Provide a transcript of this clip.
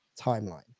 timeline